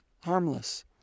harmless